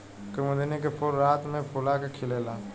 कुमुदिनी के फूल रात में फूला के खिलेला